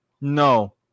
No